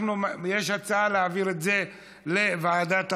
יש הצעה להעביר את זה לוועדת הרווחה.